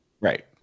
Right